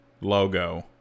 logo